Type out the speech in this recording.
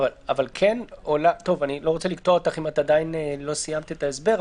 אני לא רוצה לקטוע אותך אם את עדיין לא סיימת את ההסבר.